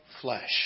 flesh